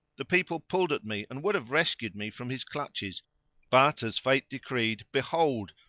the people pulled at me and would have rescued me from his clutches but as fate decreed behold,